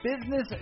business